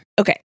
Okay